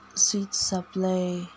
seed supply